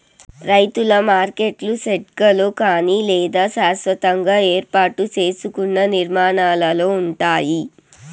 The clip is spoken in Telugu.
రైతుల మార్కెట్లు షెడ్లలో కానీ లేదా శాస్వతంగా ఏర్పాటు సేసుకున్న నిర్మాణాలలో ఉంటాయి